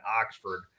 Oxford